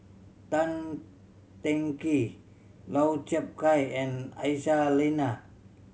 Tan Teng Kee Lau Chiap Khai and Aisyah Lyana